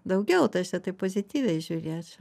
daugiau tai aš čia taip pozityviai žiūrėčiau